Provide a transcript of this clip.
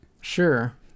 sure